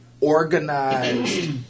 organized